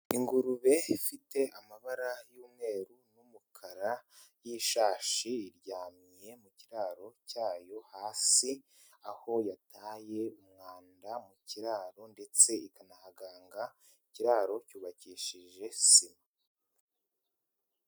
Ingurube ifite amabara y'umweru n'umukara y'ishashi iryamye mu kiraro cyayo hasi, aho yataye umwanda mu kiraro ndetse ikanahaganga. Ikiraro cyubakishije sima.